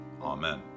Amen